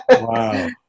Wow